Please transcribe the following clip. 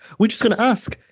we're just going to ask,